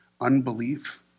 unbelief